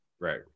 Right